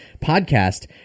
podcast